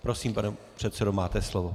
Prosím, pane předsedo, máte slovo.